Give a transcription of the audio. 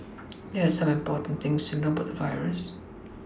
here are some important things to know about the virus